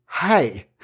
Hey